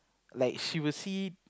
like she will see